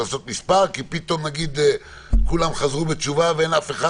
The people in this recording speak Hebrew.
כי נגיד שפתאום כולם חזרו בתשובה ואין אף אחד,